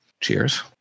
Cheers